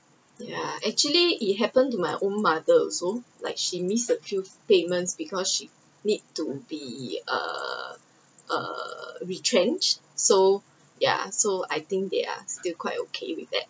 ya actually it happened to my own mother also like she missed a huge payment because she need to be uh uh retrench so ya so I think they are still quite okay with that